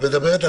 על